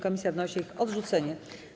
Komisja wnosi o ich odrzucenie.